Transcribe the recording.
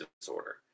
disorder